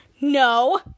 no